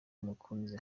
mukunzi